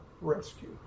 rescue